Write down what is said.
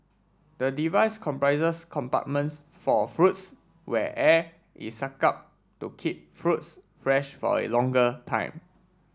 the device comprises compartments for fruits where air is sucked out to keep fruits fresh for a longer time